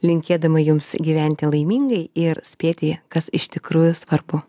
linkėdama jums gyventi laimingai ir spėti kas iš tikrųjų svarbu